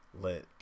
let